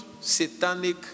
satanic